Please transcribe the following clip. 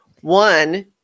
One